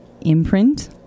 imprint